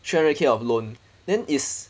three hundred K of loan then is